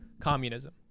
communism